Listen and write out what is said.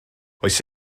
oes